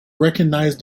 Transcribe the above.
recognized